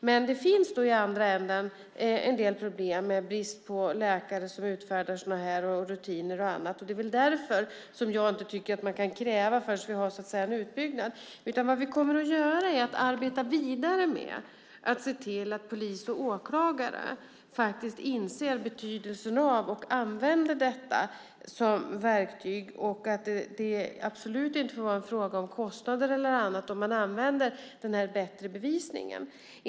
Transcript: Men det finns i andra änden en del problem med brist på läkare som utfärdar dessa intyg, rutiner och annat, och det är därför som jag inte tycker att man kan kräva detta förrän vi har en utbyggnad. Vi kommer att arbeta vidare med att se till att polis och åklagare faktiskt inser betydelsen av och använder detta som verktyg. Det får absolut inte vara en fråga om kostnader eller annat när det gäller om man använder den här bättre bevisningen.